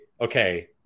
Okay